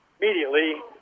immediately